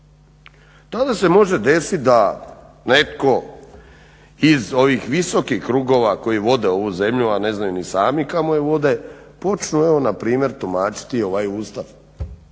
tada se može desiti da netko iz ovih visokih krugova koji vode ovu zemlju, a ne znaju ni sami kamo je vode počnu evo npr. tumačiti ovaj Ustav